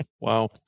Wow